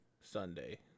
Sunday